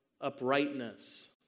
uprightness